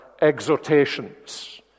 exhortations